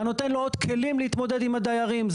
אתה נותן לו עוד כלים להתמודד עם הדיירים.